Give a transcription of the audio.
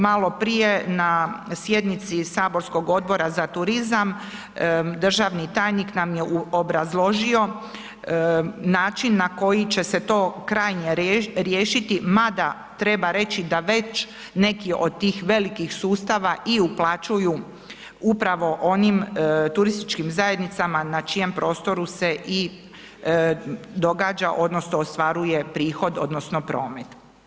Malo prije na sjednici saborskog odbora za turizam državni tajnik nam je obrazložio način na koji će se to krajnje riješiti mada treba reći da već neki od tih velikih sustava i uplaćuju upravo onim turističkim zajednicama na čijem prostoru se i događa odnosno ostvaruje prihod odnosno promet.